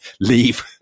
leave